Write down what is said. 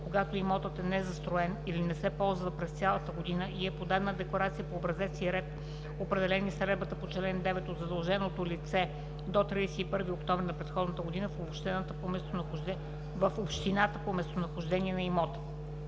когато имотът е незастроен или не се ползва през цялата година и е подадена декларация по образец и ред, определени с наредбата по чл. 9, от задълженото лице до 31 октомври на предходната година в общината по местонахождението на имота;